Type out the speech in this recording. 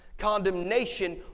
condemnation